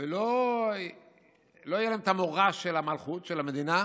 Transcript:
ולא יהיה להם המורא של המלכות, של המדינה,